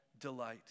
delight